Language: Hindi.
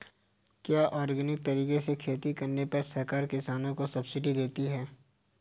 क्या ऑर्गेनिक तरीके से खेती करने पर सरकार किसानों को सब्सिडी देती है?